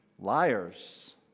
Liars